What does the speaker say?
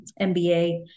MBA